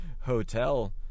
hotel